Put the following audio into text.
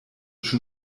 schon